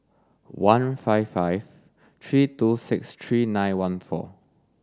one five five three two six three nine one four